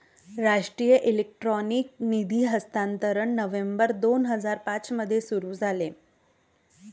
राष्ट्रीय इलेक्ट्रॉनिक निधी हस्तांतरण नोव्हेंबर दोन हजार पाँच मध्ये सुरू झाले